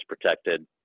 protected